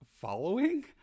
following